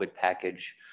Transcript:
package